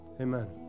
amen